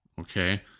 Okay